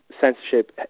censorship